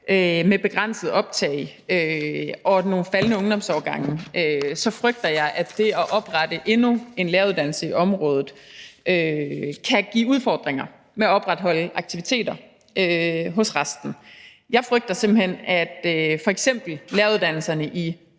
med begrænset optag og faldende ungdomsårgange frygter jeg, at det at oprette endnu en læreruddannelse i området kan give udfordringer med at opretholde aktiviteter hos resten. Jeg frygter simpelt hen, at f.eks. læreruddannelserne i